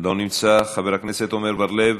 לא נמצא, חבר הכנסת עמר בר-לב,